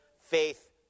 faith